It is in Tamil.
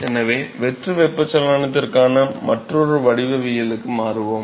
எனவே வெற்று வெப்பச்சலனத்திற்கான மற்றொரு வடிவவியலுக்கு மாறுவோம்